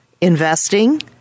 investing